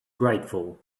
grateful